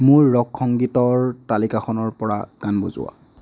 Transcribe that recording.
মোৰ ৰক সংগীতৰ তালিকাখনৰ পৰা গান বজোৱা